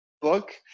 book